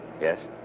Yes